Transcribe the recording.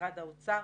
משרד האוצר.